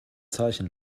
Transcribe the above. zeichen